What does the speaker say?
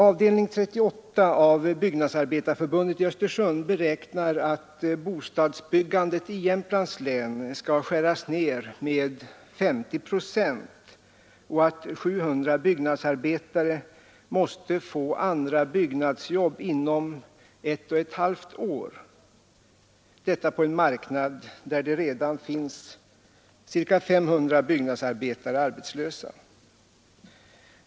Avdelning 38 av Byggnadsarbetareförbundet i Östersund beräknar att bostadsbyggandet i Jämtlands län skall skäras ned med 50 procent och att 700 byggnadsarbetare måste få andra byggnadsjobb inom ett och ett halvt år, på en marknad där det redan finns ca 500 byggnadsarbetare arbetslösa.